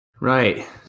Right